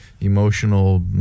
emotional